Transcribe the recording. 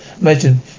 imagine